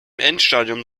endstadium